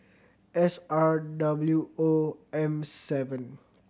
S R W O M seven